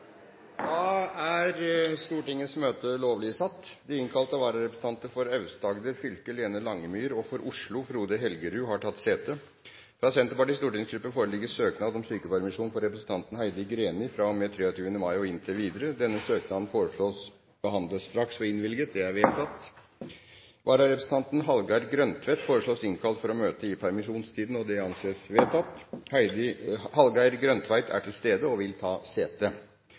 De innkalte vararepresentantene, for Aust-Agder fylke Lene Langemyr og for Oslo Frode Helgerud, har tatt sete. Fra Senterpartiets stortingsgruppe foreligger søknad om sykepermisjon for representanten Heidi Greni fra og med 23. mai og inntil videre. Denne søknaden foreslås behandlet straks og innvilget. – Det anses vedtatt. Vararepresentanten Hallgeir Grøntvedt foreslås innkalt for å møte i permisjonstiden. – Det anses vedtatt. Hallgeir Grøntvedt er til stede og vil ta sete.